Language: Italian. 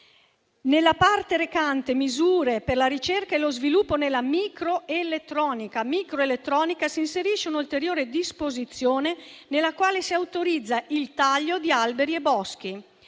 Nella parte recante misure per la ricerca e lo sviluppo nella microelettronica si inserisce un'ulteriore disposizione nella quale si autorizza il taglio di alberi e boschi.